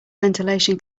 ventilation